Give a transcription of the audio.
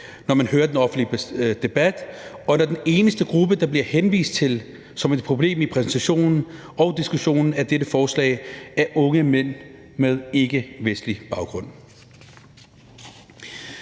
når man hører den offentlige debat, og når den eneste gruppe, der bliver henvist til som et problem i præsentationen og diskussionen af dette forslag, er unge mænd med ikkevestlig baggrund.